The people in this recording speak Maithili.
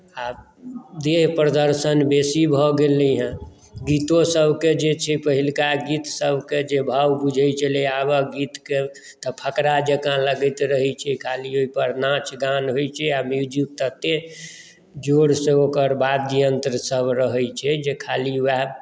आ देह प्रदर्शन बेसी भऽ गेलै हेँ गीतोसभके जे छै पहिलुका गीतसभके जे भाव बुझैत छलै आबक गीतके तऽ फकरा जँका लगैत रहैत छै खाली ओहिपर नाच गान होइत छै आ म्यूजिक ततेक जोरसँ ओकर वाद्ययन्त्रसभ रहैत छै जे खाली उएह